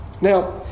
Now